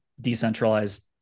decentralized